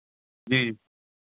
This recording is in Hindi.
जी